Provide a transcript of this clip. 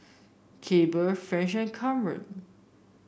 Clabe French and Kamren